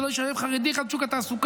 זה לא ישלב חרדי אחד בשוק התעסוקה.